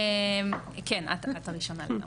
כן, את הראשונה.